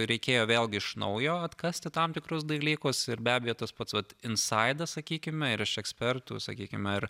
reikėjo vėlgi iš naujo atkasti tam tikrus dalykus ir be abejo tas pats vat insaidas sakykime ir iš ekspertų sakykime ar